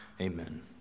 Amen